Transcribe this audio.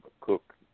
Cook